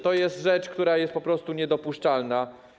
To jest rzecz, która jest po prostu niedopuszczalna.